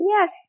Yes